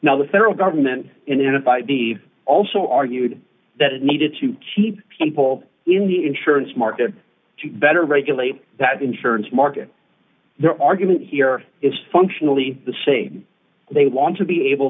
now the federal government and then if id also argued that it needed to keep people in the insurance market to better regulate that insurance market their argument here is functionally the same they want to be able